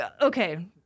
Okay